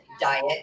diet